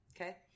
Okay